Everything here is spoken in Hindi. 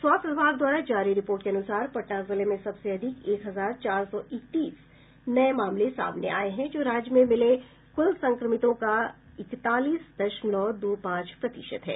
स्वास्थ्य विभाग द्वारा जारी रिपोर्ट के अनुसार पटना जिले में सबसे अधिक एक हजार चार सौ इकतीस नये मामले सामने आये हैं जो राज्य में मिले कुल संक्रमितों का इकतालीस दशमलव दो पांच प्रतिशत है